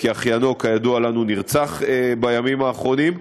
כי אחיינו, כידוע לנו, נרצח בימים האחרונים.